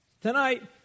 Tonight